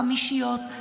חמישיות.